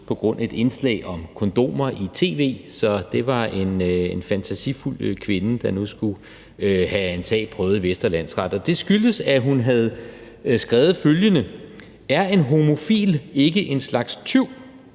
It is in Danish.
på grund af et indslag om kondomer i tv. Så det var en fantasifuld kvinde, der nu skulle have en sag prøvet i Vestre Landsret. Og det skyldtes, at hun havde skrevet følgende: Er en homofil ikke en slags tyv?